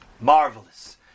Marvelous